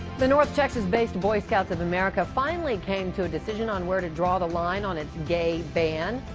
the north texas-based boy scouts of america finally came to a decision on where to draw the line on its gay ban.